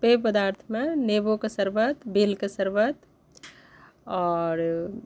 पेय पदार्थमे नेबोके शरबत बेलके शरबत आओर